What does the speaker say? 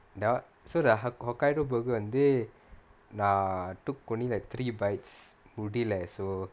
th~ so the ho~ hokkaido burger வந்து:vanthu took only like three bites முடில:mudila so